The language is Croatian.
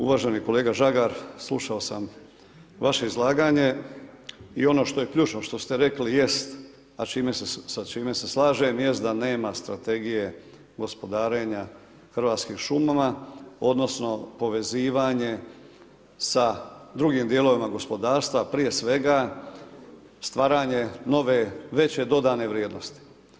Uvaženi kolega Žagar, slušao sam vaše izlaganje i ono što je ključno, što ste rekli jest, a sa čime se slažem, da nema strategije gospodarenja Hrvatskim šumama, odnosno povezivanje sa drugim dijelovima gospodarstva, prije svega stvaranje nove, veće dodane vrijednosti.